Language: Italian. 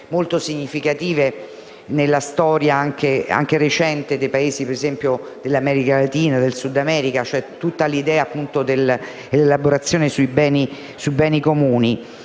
molto significative nella storia anche recente di Paesi come quelli dell'America Latina. Mi riferisco a tutta l'idea dell'elaborazione sui beni comuni